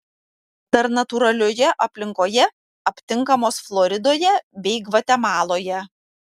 dar natūralioje aplinkoje aptinkamos floridoje bei gvatemaloje